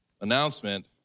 announcement